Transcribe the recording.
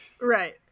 right